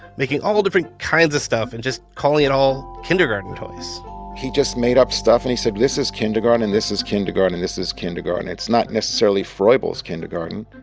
making all different kinds of stuff and just calling it all kindergarten toys he just made up stuff and he said, this is kindergarten and this is kindergarten, and this is kindergarten. it's not necessarily froebel's kindergarten